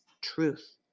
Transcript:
truth